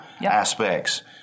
aspects